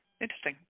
interesting